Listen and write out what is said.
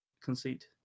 conceit